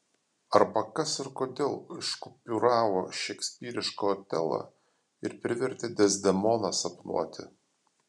arba kas ir kodėl iškupiūravo šekspyrišką otelą ir privertė dezdemoną sapnuoti